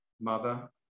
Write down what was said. mother